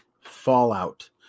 fallout